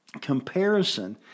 Comparison